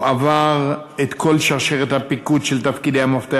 הוא עבר את כל שרשרת הפיקוד של תפקידי המפתח